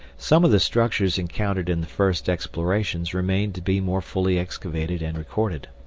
some of the structures encountered in the first explorations remain to be more fully excavated and recorded.